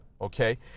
okay